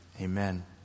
Amen